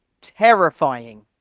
terrifying